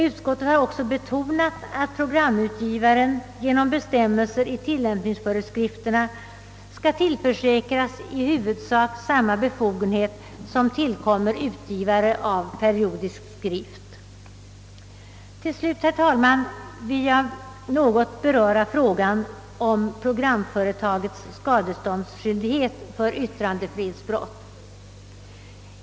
Utskottet har också betonat att programutgivaren genom bestämmelser i tillämpningsföreskrifterna skall tillförsäkras i huvudsak samma befogenhet som tillkommer utgivare av periodisk skrift. Herr talman! Till slut vill jag något beröra frågan om programföretagets skadeståndsskyldighet vid yttrandefrihetsbrott.